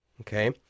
Okay